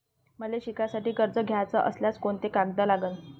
मले शिकासाठी कर्ज घ्याचं असल्यास कोंते कागद लागन?